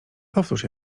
powtórz